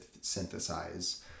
synthesize